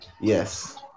Yes